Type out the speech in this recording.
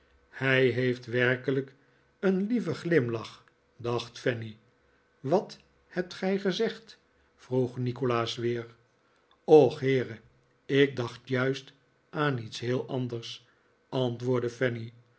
hij heeft werkelijk een lieven glimlach dacht fanny wat hebt gij gezegd vroeg nikolaas weer och heere ik dacht juist aan iets anders